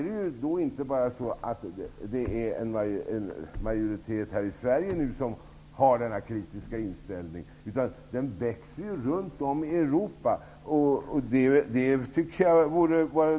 Det är inte bara en majoritet i Sverige som har denna kritiska inställning. Den växer runt om i Europa.